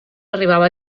arribava